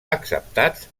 acceptats